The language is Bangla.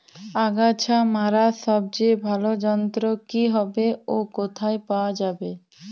আগাছা মারার সবচেয়ে ভালো যন্ত্র কি হবে ও কোথায় পাওয়া যাবে?